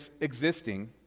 existing